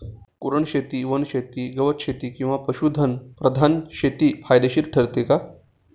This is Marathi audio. कुरणशेती, वनशेती, गवतशेती किंवा पशुधन प्रधान शेती फायदेशीर ठरते का?